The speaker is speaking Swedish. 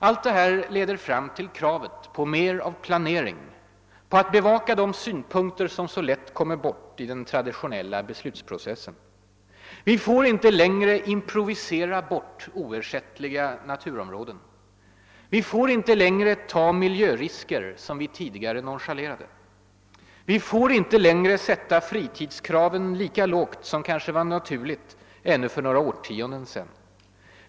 Allt detta leder fram till kravet på mer och bättre planering, på att bevaka de synpunkter som så lätt kommer bort i den traditionella beslutsprocessen. Vi får inte längre improvisera bort oersättliga naturområden. Vi får inte längre ta miljörisker som vi tidigare nonchalerade. Vi får inte längre sätta fritidskraven lika lågt som kanske var naturligt att göra ännu för några årtionden sedan.